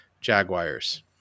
Jaguars